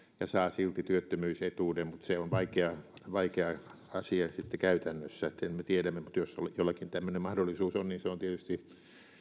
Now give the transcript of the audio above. ja saa silti työttömyysetuuden se on vaikea asia sitten käytännössä sen me tiedämme mutta jos jollakin tällainen mahdollisuus on niin se on tietysti